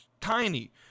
tiny